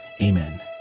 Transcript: Amen